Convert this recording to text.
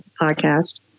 podcast